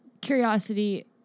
Curiosity